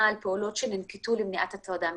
על פעולות שננקטו למניעת הטרדה מינית.